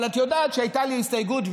אבל את יודעת שהייתה לי הסתייגות,